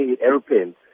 airplanes